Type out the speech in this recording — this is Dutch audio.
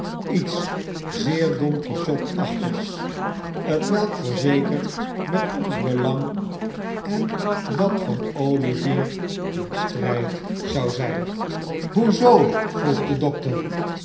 iets zeer don quichotachtigs t welk voorzeker met ons belang en dat van olivier in strijd zou zijn hoe zoo vroeg de dokter